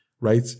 Right